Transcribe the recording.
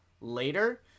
later